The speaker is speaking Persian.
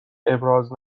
ابراز